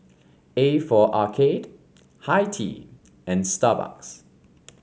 A for Arcade Hi Tea and Starbucks